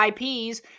IPs